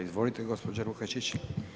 Izvolite gospođo Lukačić.